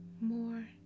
more